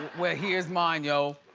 well here's mine yo.